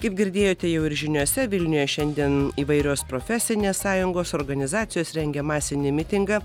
kaip girdėjote jau ir žiniose vilniuje šiandien įvairios profesinės sąjungos organizacijos rengia masinį mitingą